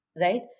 Right